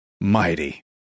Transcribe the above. mighty